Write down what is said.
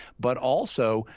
but also,